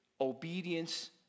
obedience